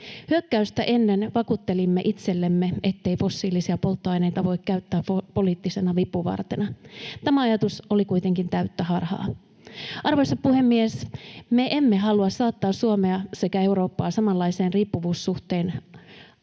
Hyökkäystä ennen vakuuttelimme itsellemme, ettei fossiilisia polttoaineita voi käyttää poliittisena vipuvartena. Tämä ajatus oli kuitenkin täyttä harhaa. Arvoisa puhemies! Me emme halua saattaa Suomea sekä Eurooppaa samanlaiseen riippuvuussuhteen alaisuuteen,